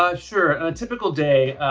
ah sure, on a typical day,